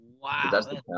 Wow